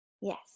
Yes